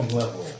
level